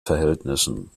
verhältnissen